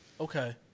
Okay